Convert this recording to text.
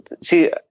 see